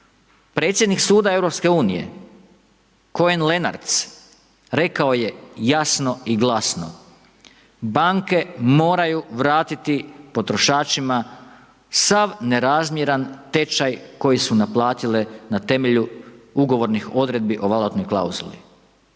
Predsjednik suda EU Cohen Lenarts rekao je jasno i glasno banke moraju vratiti potrošačima sav nerazmjeran tečaj koji su naplatile na temelju ugovornih odredbi o valutnoj klauzuli,